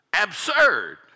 Absurd